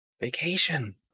vacation